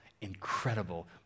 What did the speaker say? incredible